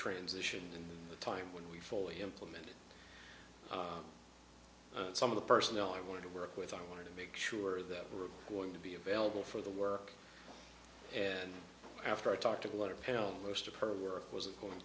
transition and the time when we fully implemented some of the personnel i wanted to work with i want to make sure that we're going to be available for the work and after i talked to the water pail most of her work wasn't going